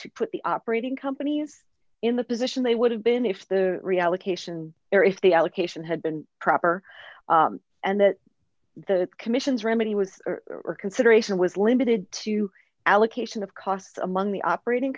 to put the operating companies in the position they would have been if the reallocation if the allocation had been proper and that the commission's remedy was or consideration was limited to allocation of costs among the operating